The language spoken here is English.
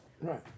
Right